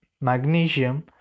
Magnesium